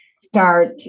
start